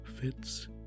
fits